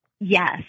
Yes